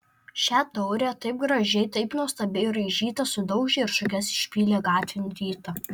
šią taurę taip gražiai taip nuostabiai raižytą sudaužė ir šukes išpylė gatvėn rytą